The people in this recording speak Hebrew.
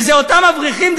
וזה אותם אברכים,